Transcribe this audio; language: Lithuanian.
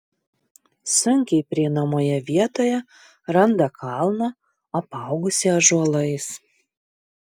sunkiai prieinamoje vietoje randa kalną apaugusį ąžuolais